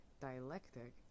dialectic